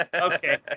Okay